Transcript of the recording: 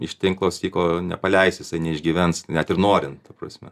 iš tinklo syko nepaleisi jisai neišgyvens net ir norint ta prasme